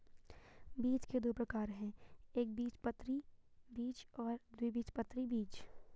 बीज के दो प्रकार है एकबीजपत्री बीज और द्विबीजपत्री बीज